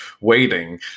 waiting